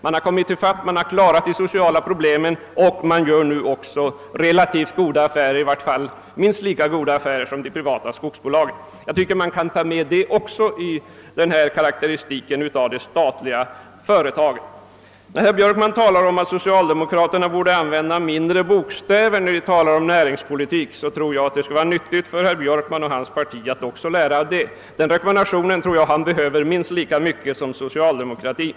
Man har kommit ifatt, man har klarat de sociala problemen och man gör nu relativt goda affärer, i varje fall minst lika goda som de privata skogsbolagen. Jag tycker att man kan ta med även detta i karakteristiken av de statliga företagen. Herr Björkman talar om att socialdemokraterna borde använda mindre bokstäver när de talar om näringspolitik. Jag tror att det skulle vara nyttigt för herr Björkman och hans parti att också lära därav, ty den rekommendationen behöver herr Björkman minst lika mycket som socialdemokraterna.